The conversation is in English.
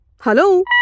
Hello